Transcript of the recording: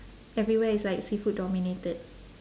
everywhere is like seafood dominated